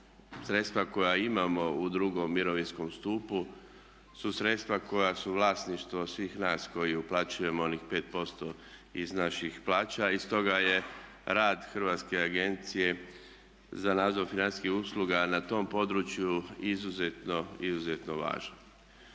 sredstva koja imamo u II. mirovinskom stupu su sredstva koja su vlasništvo svih nas koji uplaćujemo onih 5% iz naših plaća i stoga je rad HANFA-e na tom području izuzetno važan.